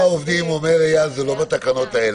זה לא לגמרי נכון.